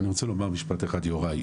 אני רוצה להגיד משפט אחד יוראי.